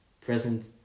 present